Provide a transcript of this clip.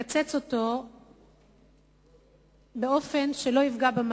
זה סכום שלא ניתן היה לקצץ אותו באופן שלא יפגע במערכת.